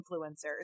influencers